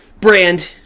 brand